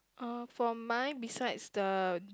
uh for my besides the